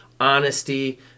honesty